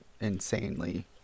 insanely